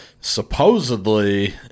supposedly